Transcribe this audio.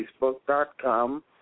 facebook.com